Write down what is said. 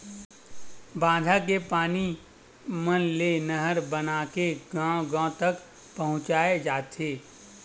बांधा के पानी मन ले नहर बनाके गाँव गाँव तक पहुचाए जाथे